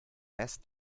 best